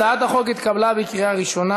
הצעת החוק התקבלה בקריאה ראשונה,